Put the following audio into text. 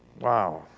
Wow